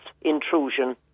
intrusion